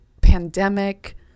pandemic